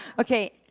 okay